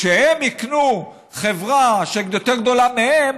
כשהם יקנו חברה יותר גדולה מהם,